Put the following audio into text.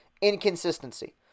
inconsistency